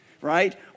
right